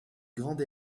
grande